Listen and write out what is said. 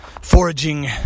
foraging